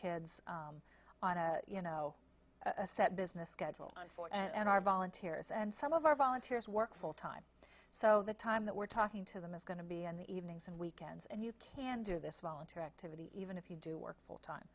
kids on a you know a set business schedule for and our volunteers and some of our volunteers work full time so the time that we're talking to them is going to be in the evenings and weekends and you can do this volunteer activity even if you do work full time